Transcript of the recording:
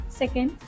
second